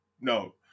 No